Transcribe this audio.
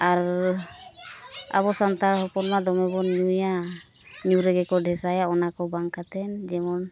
ᱟᱵᱚ ᱥᱟᱱᱛᱟᱲ ᱦᱚᱯᱚᱱ ᱢᱟ ᱫᱚᱢᱮ ᱚᱱ ᱧᱩᱭᱟ ᱧᱩ ᱨᱮᱜᱮ ᱠᱚ ᱫᱤᱥᱟᱹᱭᱟ ᱚᱱᱟ ᱠᱚ ᱵᱟᱝ ᱠᱟᱛᱮᱫ ᱡᱮᱢᱚᱱ